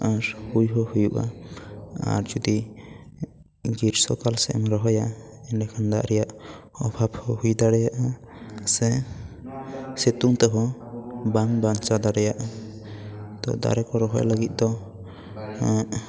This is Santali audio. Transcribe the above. ᱟᱨ ᱦᱩᱭ ᱦᱚᱸ ᱦᱩᱭᱩᱜᱼᱟ ᱟᱨ ᱡᱩᱫᱤ ᱜᱤᱨᱥᱚ ᱠᱟᱞ ᱥᱮᱡ ᱮᱢ ᱨᱚᱦᱚᱭᱟ ᱮᱰᱮᱠᱷᱟᱱ ᱫᱟᱜ ᱨᱮᱭᱟᱜ ᱚᱵᱷᱟᱵ ᱦᱚᱸ ᱦᱩᱭ ᱫᱟᱲᱮᱭᱟᱜᱼᱟ ᱥᱮ ᱥᱤᱛᱩᱝ ᱛᱮᱦᱚᱸ ᱵᱟᱝ ᱵᱟᱧᱪᱟᱣ ᱫᱟᱲᱮᱭᱟᱜᱼᱟ ᱛᱚ ᱫᱟᱨᱮ ᱠᱚ ᱨᱚᱦᱚᱭ ᱞᱟᱹᱜᱤᱫ ᱫᱚ